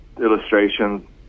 illustrations